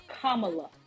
kamala